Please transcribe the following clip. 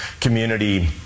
community